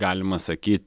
galima sakyti